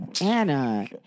Anna